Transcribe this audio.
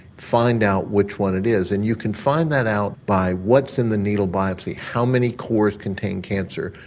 find out which one it is. and you can find that out by what's in the needle biopsy, how many cores contain cancer,